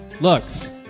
looks